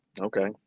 Okay